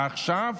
עכשיו.